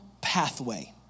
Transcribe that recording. pathway